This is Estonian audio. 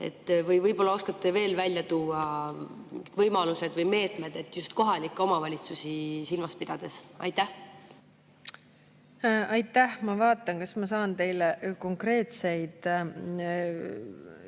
Võib‑olla oskate veel välja tuua võimalusi või meetmeid just kohalikke omavalitsusi silmas pidades? Aitäh! Ma vaatan, kas ma saan teile konkreetse